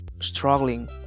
struggling